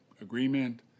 agreement